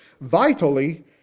Vitally